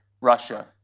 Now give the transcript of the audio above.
Russia